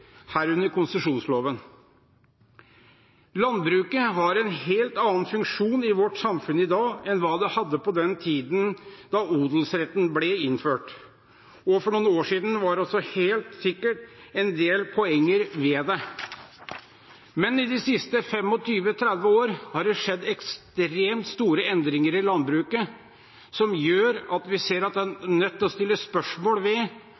herunder konsesjonsloven. Landbruket har en helt annen funksjon i vårt samfunn i dag enn hva det hadde på den tiden da odelsretten ble innført. For noen år siden var det også helt sikkert en del poenger ved den, men i de siste 25–30 årene har det skjedd ekstremt store endringer i landbruket som gjør at vi ser at en er nødt til å stille spørsmål ved